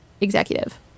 executive